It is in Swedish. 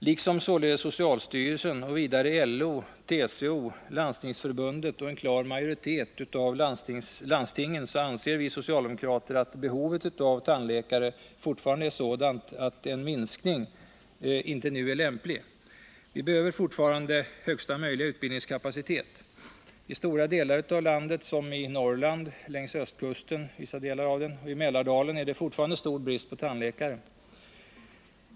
Liksom således socialstyrelsen och vidare LO, TCO, Landstingsförbundet och en klar majoritet av landstingen anser vi socialdemokrater att behovet av tandläkare fortfarande är sådant att en minskning inte nu är lämplig. Vi behöver fortfarande ha högsta möjliga utbildningskapacitet. I stora delar av landet, såsom i Norrland, vissa områden längs ostkusten och i Mälardalen, är det fortfarande stor brist på tandläkare.